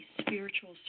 spiritual